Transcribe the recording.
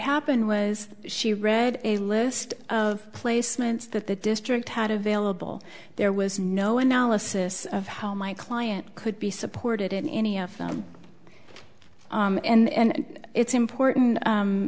happened was she read a list of placements that the district had available there was no analysis of how my client could be supported in any of them and it's important